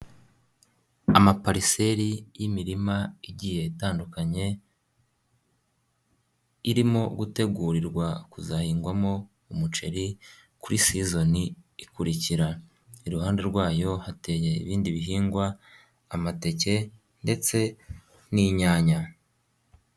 Ama parcele y'imirima igiye itandukanye, irimo gutegurirwa kuzahingwamo umuceri kuri sizoni ikurikira. Iruhande rwayo hateye ibindi bihingwa, amateke ndetse n'inyanya.